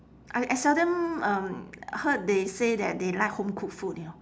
I I seldom um heard they say that they like home cooked food you know